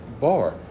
bar